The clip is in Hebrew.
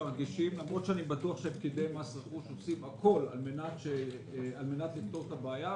למרות שאני בטוח שפקידי מס רכוש עושים הכול על מנת לפתור את הבעיה,